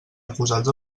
acusats